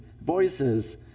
voices